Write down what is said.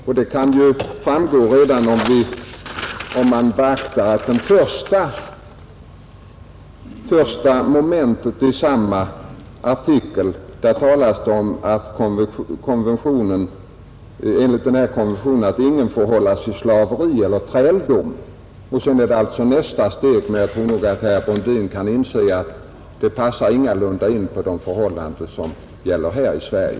Detta kan framgå redan om man beaktar att i det första momentet av samma artikel i konventionen talas om att ingen får hållas i slaveri eller träldom. Sedan är det nästa steg, men jag tror att herr Brundin kan inse att det ingalunda passar in på de förhållanden som gäller här i Sverige.